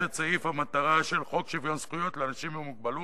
את סעיף המטרה של חוק שוויון זכויות לאנשים עם מוגבלות,